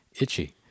itchy